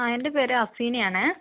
ആ എൻ്റെ പേര് അഫീനയാണ്